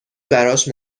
براش